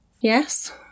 Yes